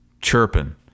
chirping